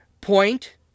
Point